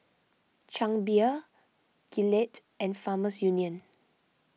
Chang Beer Gillette and Farmers Union